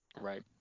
Right